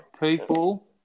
people